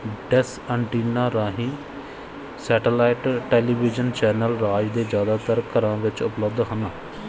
dish antenna ਰਾਹੀਂ satellite television channel ਰਾਜ ਦੇ ਜ਼ਿਆਦਾਤਰ ਘਰਾਂ ਵਿੱਚ ਉਪਲਬਧ ਹਨ